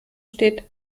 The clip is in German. steht